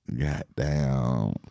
Goddamn